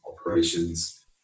operations